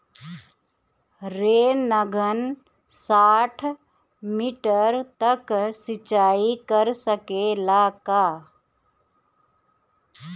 Rain gun साठ metre तक सिचाई कर सकेला का?